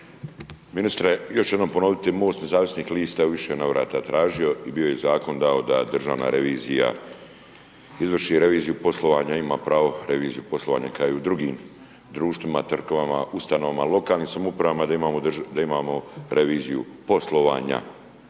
Ministre, još jednom ću ponoviti, MOST nezavisnih lista u više navrata tražio i bio je zakon da Državna revizija izvrši reviziju poslovanja, ima pravo reviziju poslovanja kao i u drugim društvima, tvrtkama, ustanovama, lokalnim samouprava, da imamo reviziju poslovanja.